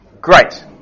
Great